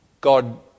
God